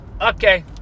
Okay